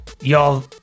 Y'all